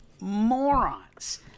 morons